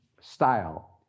style